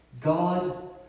God